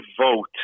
vote